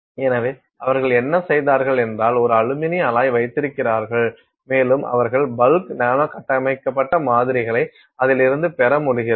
எனவே அவர்கள் என்ன செய்தார்கள் என்றாள் ஒரு அலுமினிய அலாய் வைத்திருக்கிறார்கள் மேலும் அவர்கள் பல்க் நானோ கட்டமைக்கப்பட்ட மாதிரிகளை அதில் இருந்து பெற முடிகிறது